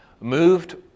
moved